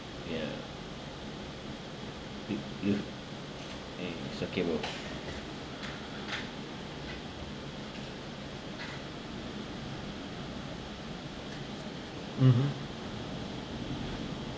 ya it ya mm it's okay bro mmhmm